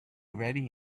ready